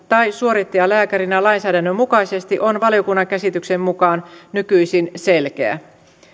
tai suorittajalääkärinä lainsäädännön mukaisesti on valiokunnan käsityksen mukaan nykyisin selkeä